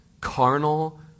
Carnal